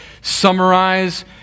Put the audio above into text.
summarize